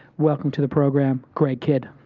welcome to the program, greg kidd.